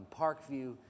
Parkview